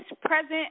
present